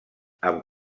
amb